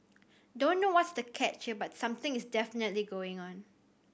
don't know what's the catch here but something is definitely going on